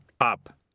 up